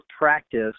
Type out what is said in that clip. practice